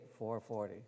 440